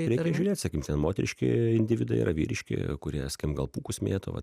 reikia žiūrėt sakim ten moteriški individai yra vyriški kurie skim gal pūkus mėto vat